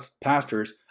pastors